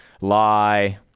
lie